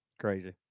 Crazy